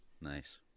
Nice